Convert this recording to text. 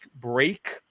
break